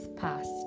Past